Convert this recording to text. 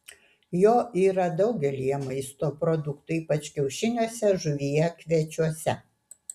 jo yra daugelyje maisto produktų ypač kiaušiniuose žuvyje kviečiuose